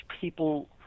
people